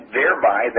thereby